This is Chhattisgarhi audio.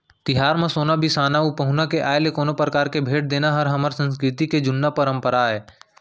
तिहार म सोन बिसाना अउ पहुना के आय ले कोनो परकार के भेंट देना हर हमर संस्कृति के जुन्ना परपंरा आय